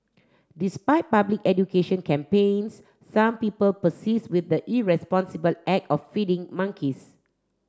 despite public education campaigns some people persist with the irresponsible act of feeding monkeys